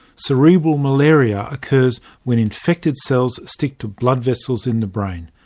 cerebral malaria occurs when infected cells stick to blood vessels in the brain.